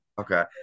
Okay